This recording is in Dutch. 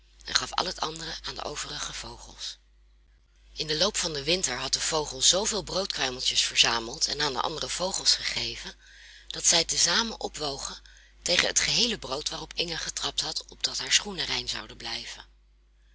en gaf al het andere aan de overige vogels in den loop van den winter had de vogel zooveel broodkruimeltjes verzameld en aan de andere vogels gegeven dat zij te zamen opwogen tegen het geheele brood waarop inge getrapt had opdat haar schoenen rein zouden blijven